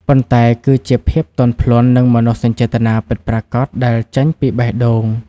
ប៉ុន្តែគឺជាភាពទន់ភ្លន់ និងមនោសញ្ចេតនាពិតប្រាកដដែលចេញពីបេះដូង។